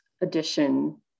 edition